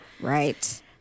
Right